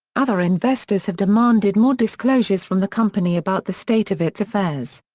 other investors have demanded more disclosures from the company about the state of its affairs.